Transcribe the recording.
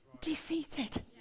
defeated